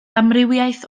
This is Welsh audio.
amrywiaeth